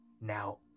Now